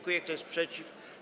Kto jest przeciw?